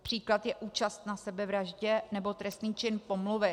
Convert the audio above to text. Příklad je účast na sebevraždě nebo trestný čin pomluvy.